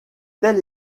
telle